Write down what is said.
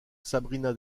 sabrina